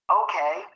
okay